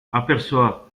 aperçoit